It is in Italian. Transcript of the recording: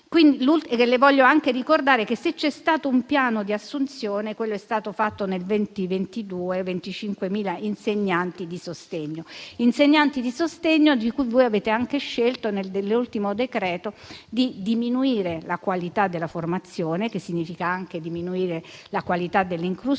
Le voglio anche ricordare che, se c'è stato un piano di assunzione, quello è stato fatto nel 2022: 25.000 insegnanti di sostegno, dei quali voi avete anche scelto, nell'ultimo decreto, di diminuire la qualità della formazione, il che significa anche diminuire la qualità dell'inclusione,